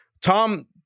Tom